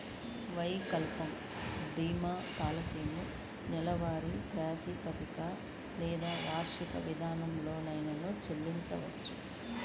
వైకల్య భీమా పాలసీలను నెలవారీ ప్రాతిపదికన లేదా వార్షిక విధానంలోనైనా చెల్లించొచ్చు